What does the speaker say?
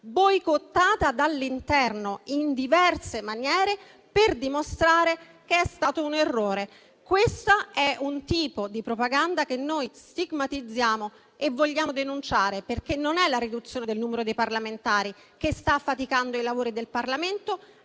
boicottata dall'interno in diverse maniere per dimostrare che è stato un errore. Questo è un tipo di propaganda che noi stigmatizziamo e vogliamo denunciare, perché non è la riduzione del numero dei parlamentari che sta affaticando i lavori del Parlamento,